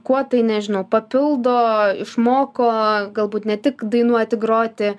kuo tai nežinau papildo išmoko galbūt ne tik dainuoti groti